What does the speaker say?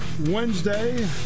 Wednesday